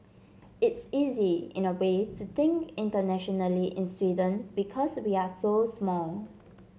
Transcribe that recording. it's easy in a way to think internationally in Sweden because we're so small